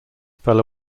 fell